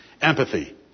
Empathy